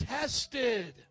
tested